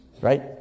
right